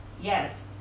yes